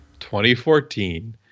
2014